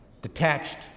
detached